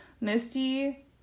Misty